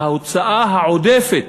ההוצאה העודפת,